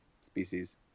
species